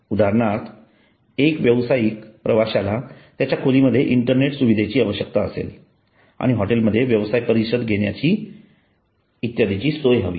उदाहरणार्थ एका व्यावसायिक प्रवाशाला त्याच्या खोलीमध्ये इंटरनेट सुविधेची आवश्यकता असेल आणि हॉटेलमध्ये व्यवसाय परिषद इत्यादींची सोय हवी